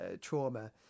trauma